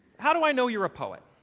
how do i know you're a poet?